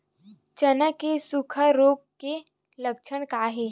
चना म सुखा रोग के लक्षण का हे?